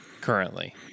currently